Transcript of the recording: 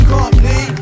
Company